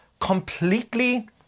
completely